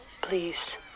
Please